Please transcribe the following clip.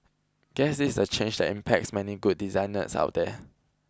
guess this is a change that impacts many good designers out there